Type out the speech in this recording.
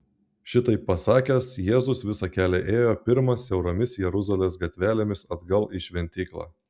šitaip pasakęs jėzus visą kelią ėjo pirmas siauromis jeruzalės gatvelėmis atgal į šventyklą